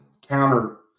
counter